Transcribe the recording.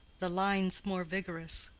the lines more vigorous.